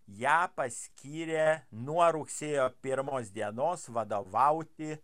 ją paskyrė nuo rugsėjo pirmos dienos vadovauti